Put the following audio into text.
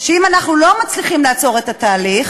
אמרו שאם אנחנו לא מצליחים לעצור את התהליך